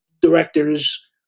directors